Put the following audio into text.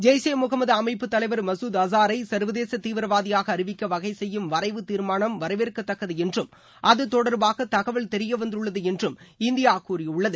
ஜெய்ஸ் இ முகமது அமைப்பு தலைவர் மசூத் அசாரை சர்வதேச தீவிரவாதியாக அறிவிக்க வகை செய்யும் வரைவு தீர்மானம் வரவேற்க தக்கது என்றும் அது தொடர்பாக தகவல் தெரியவந்துள்ளது என்றும் இந்திய கூறியுள்ளது